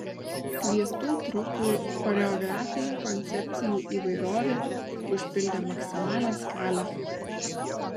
kviestų trupių choreografinių koncepcijų įvairovė užpildė maksimalią skalę